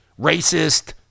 racist